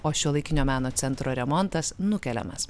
o šiuolaikinio meno centro remontas nukeliamas